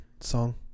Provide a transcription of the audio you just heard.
song